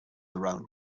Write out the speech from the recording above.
around